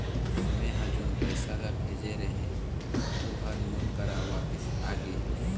मै जोन पैसा ला भेजे रहें, ऊ हर मोर करा वापिस आ गे हे